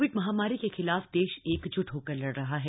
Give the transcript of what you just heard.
Covid महामारी के खिलाफ देश एकजुट होकर लड़ रहा है